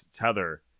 Tether